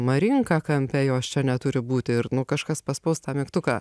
marinka kampe jos čia neturi būti ir nu kažkas paspaus tą mygtuką